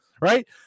right